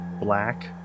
black